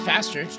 Faster